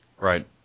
Right